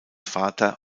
vater